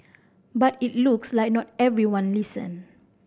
but it looks like not everyone listened